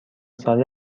ساله